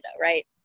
right